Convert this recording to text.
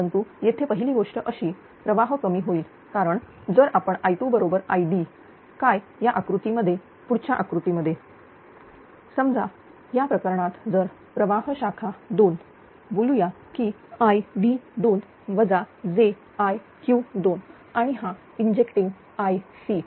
परंतु येथे पहिली गोष्ट अशी प्रवाह कमी होईल कारण जर आपण I2बरोबर Id काय या आकृतीमध्ये पुढच्या आकृतीमध्ये समजा या प्रकरणात जर प्रवाह शाखा 2 बोलूया की Id2 jIq2 आणि हा इंजेक्टींगIC